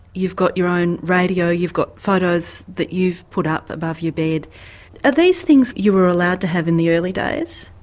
you've got your own radio, you've got photos that you've put up above your bed are these things you were allowed to have in the early days?